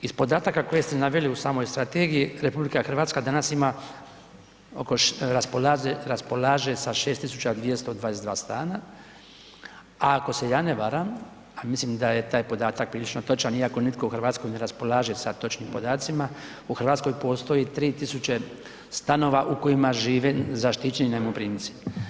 Iz podataka koje ste naveli u samoj strategiji, RH danas ima oko, raspolaže sa 6 222 stana, a ako se ja ne varam, a mislim da je taj podatak prilično točan iako nitko u Hrvatskoj ne raspolaže sa točnim podacima, u Hrvatskoj postoji 3 tisuće stanova u kojima žive zaštićeni najmoprimci.